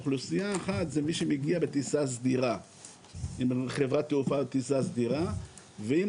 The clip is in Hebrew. אוכלוסייה אחת זה מי שמגיע בחברת תעופה בטיסה סדירה ואם